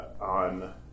on